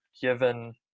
given